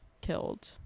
killed